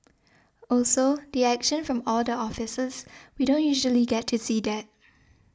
also the action from all the officers we don't usually get to see that